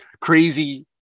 crazy